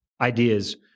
ideas